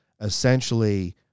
essentially